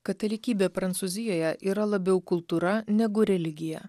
katalikybė prancūzijoje yra labiau kultūra negu religija